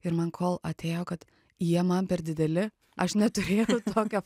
ir man kol atėjo kad jie man per dideli aš neturėjau tokio